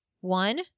One